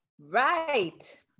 right